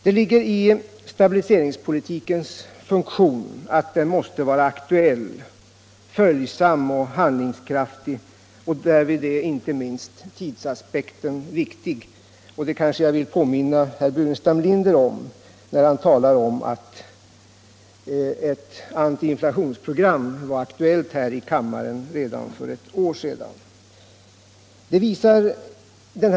Det ligger i stabiliseringspolitikens funktion att den måste vara aktuell, följsam och handlingskraftig, och därvid är inte minst tidsaspekten viktig. Det vill jag påminna herr Burenstam Linder om, eftersom han talade om att det redan för ett år sedan var aktuellt att här i kammaren fatta beslut om ett antiinflationsprogram.